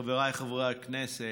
חבריי חברי הכנסת,